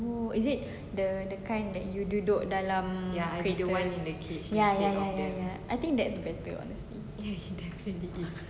oh is it the kind that you duduk dalam haiwan ya ya ya ya I think that's better honestly